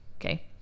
okay